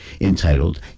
entitled